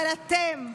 אבל אתם,